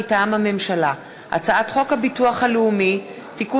מטעם הממשלה: הצעת חוק הביטוח הלאומי (תיקון